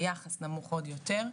היחס נמוך עוד יותר,